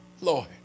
Lord